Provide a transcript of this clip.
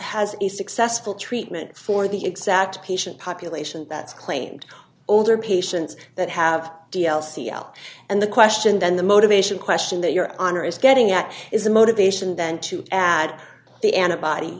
has a successful treatment for the exact patient population that's claimed older patients that have d l c l and the question then the motivation question that your honor is getting at is the motivation then to add the antibody